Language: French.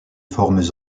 formes